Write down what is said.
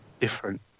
different